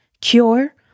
cure